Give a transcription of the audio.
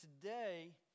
today